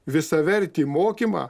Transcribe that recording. visavertį mokymą